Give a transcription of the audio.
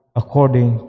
according